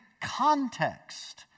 context